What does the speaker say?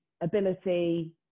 ability